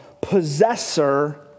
possessor